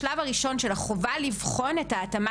השלב הראשון של החובה לבחון את ההתאמה